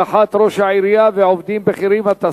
התשס"ט 2009,